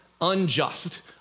unjust